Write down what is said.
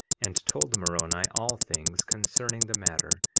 and told moroni all things concerning the matter,